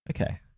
Okay